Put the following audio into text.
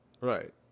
Right